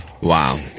Wow